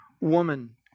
woman